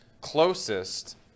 closest